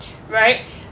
right